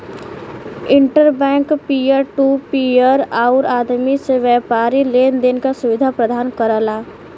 inter bank peer to peer आउर आदमी से व्यापारी लेन देन क सुविधा प्रदान करला